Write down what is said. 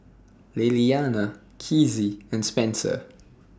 Lilliana Kizzie and Spencer